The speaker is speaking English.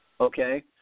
okay